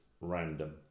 random